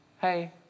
hey